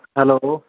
hello